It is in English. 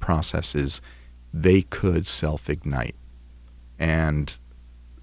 processes they could self ignite and